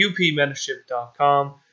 upmentorship.com